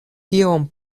tiom